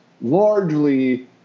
largely